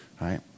right